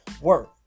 work